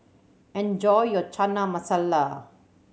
enjoy your Chana Masala